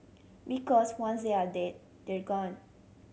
because once they're dead they're gone